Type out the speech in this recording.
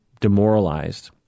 demoralized